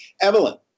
Evelyn